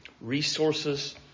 resources